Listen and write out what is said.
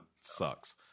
sucks